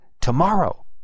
tomorrow